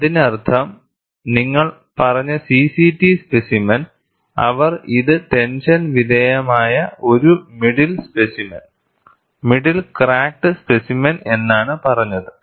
അതിനർത്ഥം നിങ്ങൾ പറഞ്ഞ C C T സ്പെസിമെൻ അവർ ഇത് ടെൻഷന് വിധേയമായ ഒരു middle specimen middle cracked specimen എന്നാണ് പറഞ്ഞത്